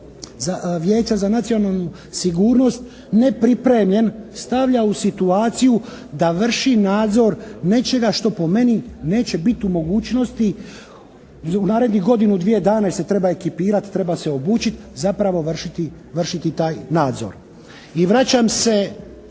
za nacionalnu sigurnost nepripremljen stavlja u situaciju da vrši nadzor nečega što po meni neće biti u mogućnosti u narednih godinu, dvije dana, jer se treba ekipirati, treba se obučiti zapravo vršiti taj nadzor. I vraćam se